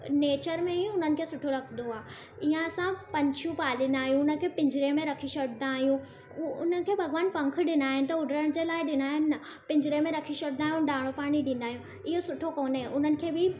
nature में ई उन्हनि खे सुठो लॻंदो आहे इअं असां पंछियूं पालींदा आहियूं उन खे पिंजरे में रखी छॾींदा आहियूं उन खे भॻवान पंख ॾिना आहिनि त उॾण जे लाइ ॾिना आहिनि न पिंजरे में रखी छॾींदा आहियूं दाणो पाणी ॾींदा आहियूं इहो सुठो कोन्हे उन्हनि खे बि